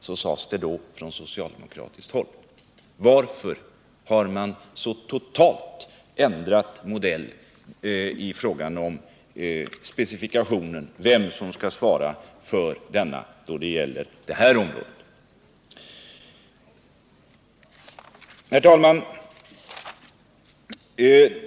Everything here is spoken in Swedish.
Så sades det då från socialdemokratiskt håll. Varför har man så totalt ändrat modell i fråga om vem som skall svara för specifikationerna när det gäller besparingar på försvarets område? Herr talman!